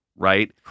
Right